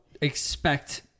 expect